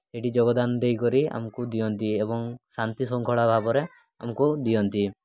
ସେଠି ଯୋଗଦାନ ଦେଇକରି ଆମକୁ ଦିଅନ୍ତି ଏବଂ ଶାନ୍ତି ଶୃଙ୍ଖଳା ଭାବରେ ଆମକୁ ଦିଅନ୍ତି